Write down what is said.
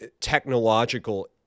technological